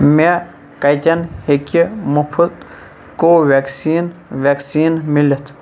مےٚ کَتٮ۪ن ہیٚکہِ مُفٕت کو وؠکسیٖن وؠکسیٖن میلِتھ